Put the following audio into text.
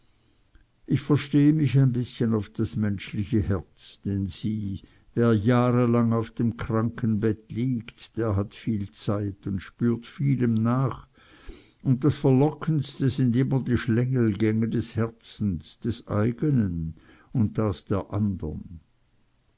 ich verstehe mich ein bißchen auf das menschliche herz denn sieh wer jahrelang auf dem krankenbett liegt der hat viel zeit und spürt vielem nach und das verlockendste sind immer die schlängelgänge des herzens des eignen und des der andern